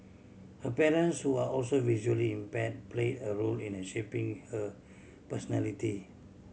her parents who are also visually impaired play a role in shaping her personality